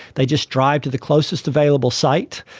they just drive to the closest available site,